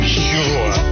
sure